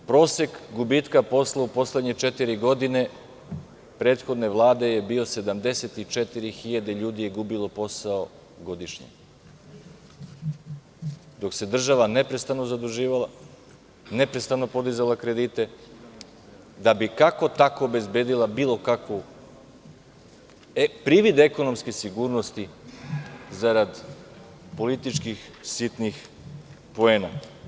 Prosek gubitka posla u poslednje četiri godine prethodne Vlade je bio – 74 hiljade ljudi je gubilo posao godišnje, dok se država neprestano zaduživala, neprestano podizala kredite, da bi kako-tako obezbedila bilo kakav privid ekonomske sigurnosti, zarad političkih sitnih poena.